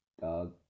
dog